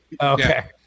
Okay